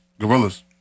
Gorillas